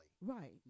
Right